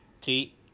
Three